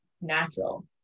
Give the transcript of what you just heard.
natural